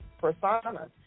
persona